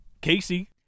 Casey